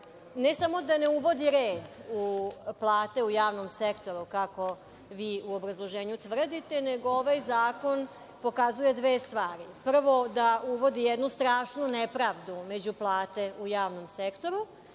ne samo da ne uvodi red u plate u javnom sektoru, kako vi u obrazloženju tvrdite, nego ovaj zakon pokazuje dve stvari. Prvo, da uvodi jednu strašnu nepravdu među plate u javnom sektoru. Drugo,